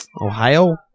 Ohio